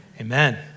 amen